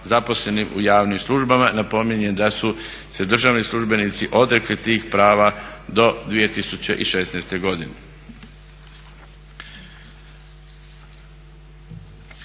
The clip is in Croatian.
zaposlenim u javnim službama. Napominjem da su se državni službenici odrekli tih prava do 2016. godine.